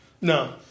No